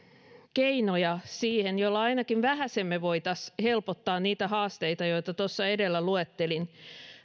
keinoja joilla ainakin vähäsen voisimme helpottaa niitä haasteita joita tuossa edellä luettelin